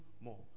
more